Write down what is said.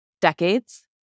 decades